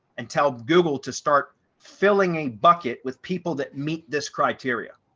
and tell google to start filling a bucket with people that meet this criteria.